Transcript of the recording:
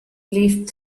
leaf